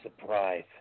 surprise